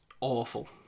awful